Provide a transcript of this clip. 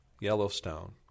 Yellowstone